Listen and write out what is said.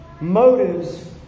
motives